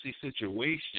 situation